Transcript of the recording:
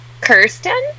Kirsten